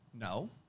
No